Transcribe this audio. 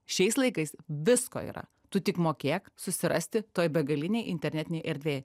šiais laikais visko yra tu tik mokėk susirasti toj begalinėj internetinėj erdvėj